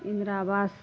Indira Awas